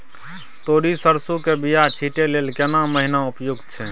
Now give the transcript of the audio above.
तोरी, सरसो के बीया छींटै लेल केना महीना उपयुक्त छै?